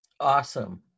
Awesome